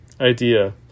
idea